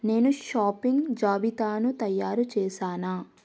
నేను షాపింగ్ జాబితాను తయారు చేసానా